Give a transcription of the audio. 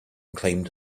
claimed